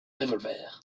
revolver